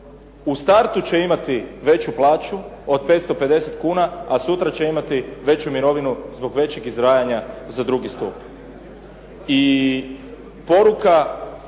U startu će imati veću plaću od 550 kuna, a sutra će imati veću mirovinu zbog većeg izdvajanja za drugi stup.